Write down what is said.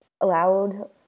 allowed